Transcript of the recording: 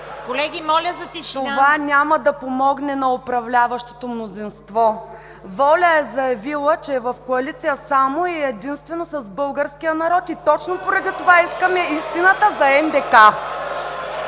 Колеги, моля за тишина. КРЪСТИНА ТАСКОВА: Това няма да помогне на управляващото мнозинство. „Воля“ е заявила, че е в коалиция само и единствено с българския народ и точно поради това искаме истина за НДК.